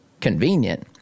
convenient